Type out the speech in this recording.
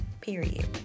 period